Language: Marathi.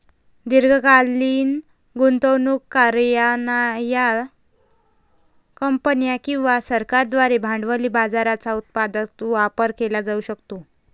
दीर्घकालीन गुंतवणूक करणार्या कंपन्या किंवा सरकारांद्वारे भांडवली बाजाराचा उत्पादक वापर केला जाऊ शकतो